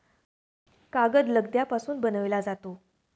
कागद लगद्यापासून बनविला जातो